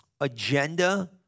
agenda